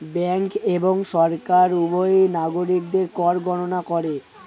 bank এবং সরকার উভয়ই নাগরিকদের কর গণনা করে